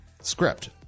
script